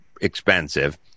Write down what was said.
expensive